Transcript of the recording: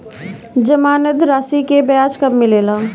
जमानद राशी के ब्याज कब मिले ला?